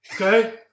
okay